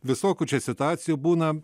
visokių čia situacijų būna